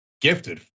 gifted